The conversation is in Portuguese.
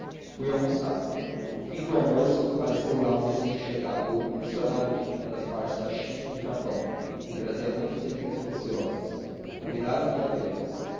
fui almoçar no fim do almoço apareceu lá um recém-chegado um missionário que vinha das partes da china e do japão e trazia muitas relíquias preciosas convidaram me a vê-las